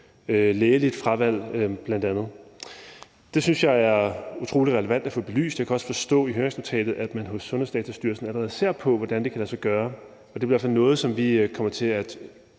lægeligt fravalg. Det synes jeg er utrolig relevant at få belyst. Jeg kan også forstå på høringsnotatet, at man hos Sundhedsdatastyrelsen allerede ser på, hvordan det kan lade sig gøre. Og det er i hvert fald noget, vi kommer til at